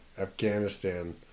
Afghanistan